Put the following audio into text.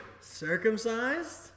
Circumcised